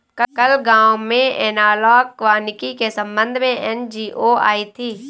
कल गांव में एनालॉग वानिकी के संबंध में एन.जी.ओ आई थी